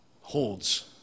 holds